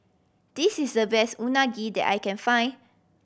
this is the best Unagi that I can find